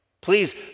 Please